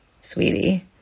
sweetie